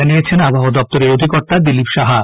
জানিয়েছেন আবহাওয়া দপ্তরের অধিকর্তা দিলীপ সাহা